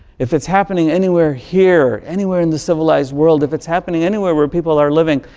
if it's happening anywhere here, anywhere in the civilized world, if it's happening anywhere where people are living,